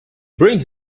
brings